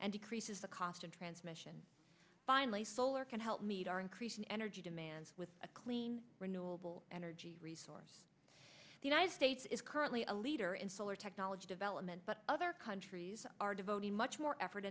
and decreases the cost of transmission finally solar can help meet our increasing energy demands with a clean renewable energy resource the united states is currently a leader in solar technology development but other countries are devoting much more effort